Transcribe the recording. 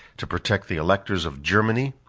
to protect the electors of germany,